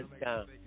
down